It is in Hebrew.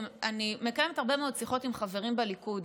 אני מקיימת הרבה מאוד שיחות עם חברים בליכוד.